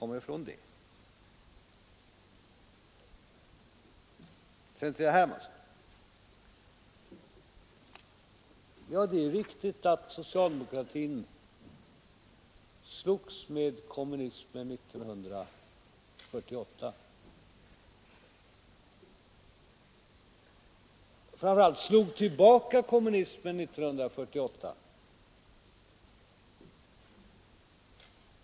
Det är riktigt, herr Hermansson, att socialdemokratin slogs mot kommunismen 1948, framför allt slog vi tillbaka kommunismen 1948.